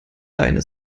deine